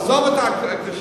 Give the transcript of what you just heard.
עזוב כשר,